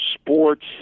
sports